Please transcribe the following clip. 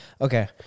Okay